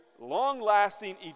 long-lasting